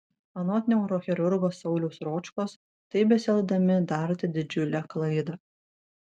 anot neurochirurgo sauliaus ročkos taip besielgdami darote didžiulę klaidą